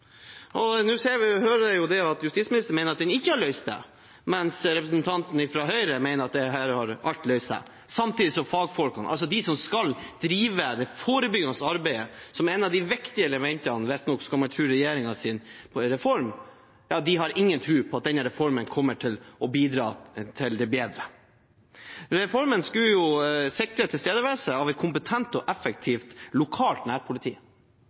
hører jeg at justisministeren mener at den ikke har løst det, mens representanten fra Høyre mener at her har alt løst seg. Samtidig har fagfolkene – de som skal drive med det forebyggende arbeidet, som et av de viktige elementene visstnok, skal man tro regjeringens reform – ingen tro på at denne reformen kommer til å bidra til det bedre. Reformen skulle sikre tilstedeværelse av et kompetent og effektivt lokalt nærpoliti.